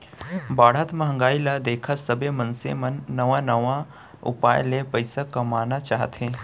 बाढ़त महंगाई ल देखत सबे मनसे मन नवा नवा उपाय ले पइसा कमाना चाहथे